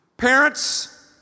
Parents